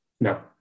No